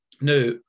now